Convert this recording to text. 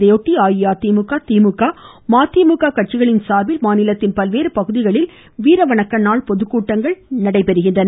இதையொட்டி அஇஅதிமுக திமுக மதிமுக கட்சிகளின் சார்பில் மாநிலத்தின் பல்வேறு பகுதிகளில் வீர வணக்க நாள் பொதுக்கூட்டங்கள் நடைபெற்றன